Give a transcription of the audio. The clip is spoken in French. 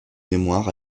mémoire